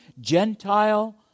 Gentile